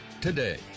today